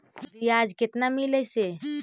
बियाज केतना मिललय से?